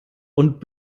und